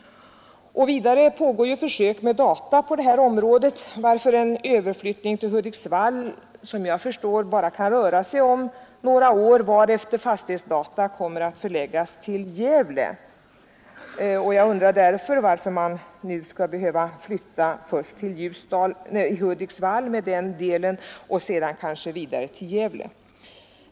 Vidare pågår försök med data på detta område, varför en överflyttning till Hudiksvall bara kan röra sig om några år, varefter fastighetsdata kommer att förläggas till Gävle. Därför undrar jag varför man nu först skall behöva flytta till Hudiksvall med den delen och sedan kanske vidare till Gävle.